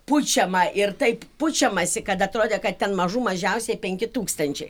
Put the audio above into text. pučiama ir taip pučiamasi kad atrodė kad ten mažų mažiausia penki tūkstančiai